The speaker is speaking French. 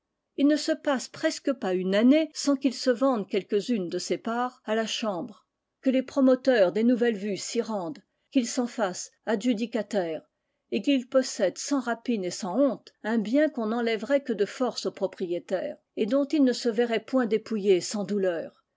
il ne se passe presque pas une année sans qu'il se vende quelques-unes de ces parts à la chambre que les promoteurs des nouvelles vues s'y rendent qu'ils s'en fassent adjudicataires et qu'ils possèdent sans rapine et sans honte un bien qu'on n'enlèverait que de force aux propriétaires et dont ils ne se verraient point dépouillés sans douleur